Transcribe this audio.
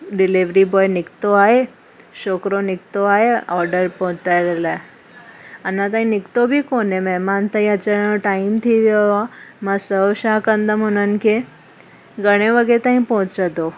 delivery boy निकितो आहे छोकिरो निकितो आहे ऑडर पहुचाइण लाइ अञा ताईं निकितो बि कोन्हे महिमान त अचणु जो टाइम थी वियो आहे मां सर्व छा कंदमि हुननि खे घणे वॻे ताईं पहुचंदो